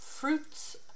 Fruits